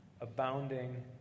abounding